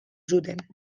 zuten